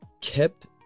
kept